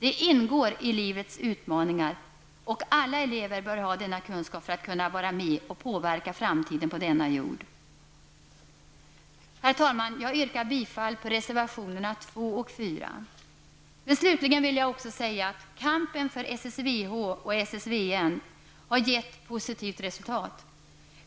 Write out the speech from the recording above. Det ingår i livets utmaningar, och alla elever bör ha denna kunskap för att kunna vara med och påverka framtiden på denna jord. Herr talman! Jag yrkar bifall till reservationerna 2 Slutligen vill jag också säga att kampen för SSVH och SSVN har gett positivt resultat.